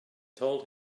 told